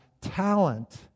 talent